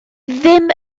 ddim